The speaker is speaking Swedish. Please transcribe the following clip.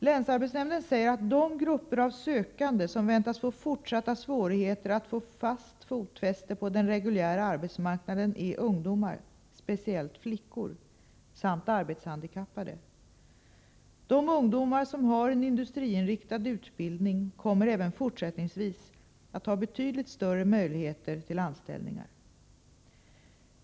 Länsarbetsnämnden säger att de grupper av sökande som väntas få fortsatta svårigheter att få fast fotfäste på den reguljära arbetsmarknaden är ungdomar, speciellt flickor, samt arbetshandikappade. De ungdomar som har en industriinriktad utbildning kommer även fortsättningsvis att ha betydligt större möjligheter till anställningar.